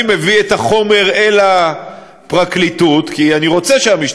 אתמול הודיעה ההסתדרות החדשה כי בעוד